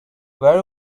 very